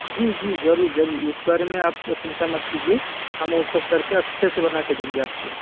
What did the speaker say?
जी जी ज़रूर ज़रूर उस बारे में आप चिंता मत कीजिए हम वह सब कर के अच्छे से बना कर देंगे आप को